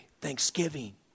thanksgiving